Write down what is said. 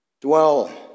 dwell